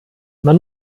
man